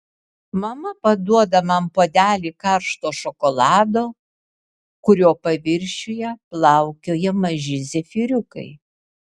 mama paduoda man puodelį karšto šokolado kurio paviršiuje plaukioja maži zefyriukai